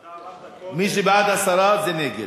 אתה אמרת קודם, מי שבעד הסרה זה נגד.